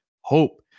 hope